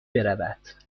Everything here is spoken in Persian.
برود